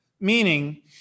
meaning